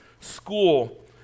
school